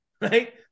right